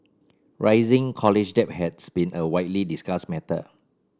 rising college debt has been a widely discussed matter